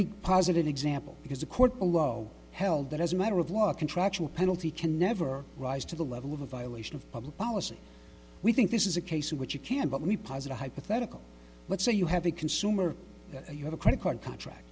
me positive example because the court below held that as a matter of law contractual penalty can never rise to the level of a violation of public policy we think this is a case in which you can but we posit a hypothetical let's say you have a consumer and you have a credit card contract